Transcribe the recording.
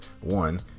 One